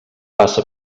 passa